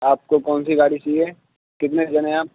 آپ کو کون سی گاڑی چاہیے کتنے جن ہیں آپ